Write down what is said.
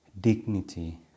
dignity